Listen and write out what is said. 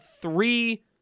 three